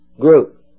group